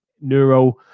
Neuro